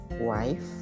wife